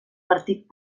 partit